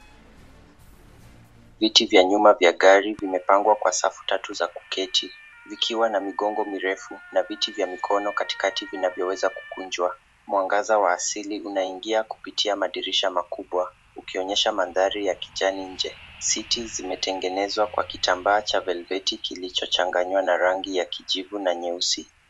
Viti vya nyuma vya gari vimepangwa kwa safu tatu za kuketi, vikiwa na migongo mirefu na viti vya mikono katikati vinavyoweza kukunjwa. Mwangaza wa asili unaingia kupitia madirisha makubwa, ukionyesha mandhari ya kijani nje. Seat zimetengenezwa kwa kitambaa cha velvet kilichochanganywa na rangi ya kijivu na nyeusi.